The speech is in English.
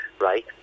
Right